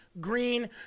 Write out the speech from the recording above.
green